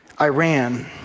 Iran